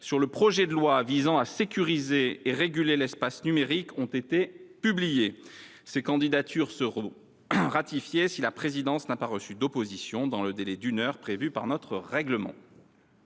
du projet de loi visant à sécuriser et réguler l’espace numérique ont été publiées. Ces candidatures seront ratifiées si la présidence n’a pas reçu d’opposition dans le délai d’une heure prévu par notre règlement.